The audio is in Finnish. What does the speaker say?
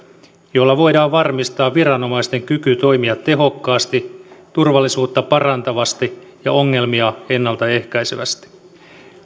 joilla voidaan varmistaa viranomaisten kyky toimia tehokkaasti turvallisuutta parantavasti ja ongelmia ennalta ehkäisevästi